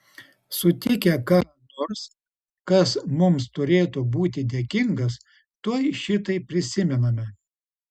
sutikę ką nors kas mums turėtų būti dėkingas tuoj šitai prisimename